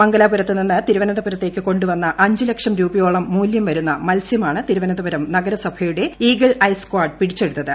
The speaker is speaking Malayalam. മംഗലാപുരത്ത് നിന്ന് തിരുവനന്തപുരത്തേക്ക് കൊണ്ടുവന്ന അഞ്ച് ലക്ഷം രൂപയോളം മൂല്യം വരുന്ന മത്സ്യമാണ് തിരുവനന്തപുരം നഗരസഭയുടെ ഈഗിൾ ഐ സ്കാഡ് പിടിച്ചെടുത്തത്